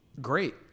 Great